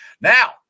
Now